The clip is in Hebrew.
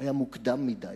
היה מוקדם מדי.